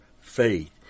faith